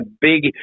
big